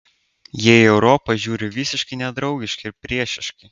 jie į europą žiūri visiškai nedraugiškai ir priešiškai